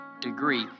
degree